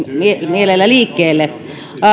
mielellä liikkeelle